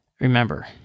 remember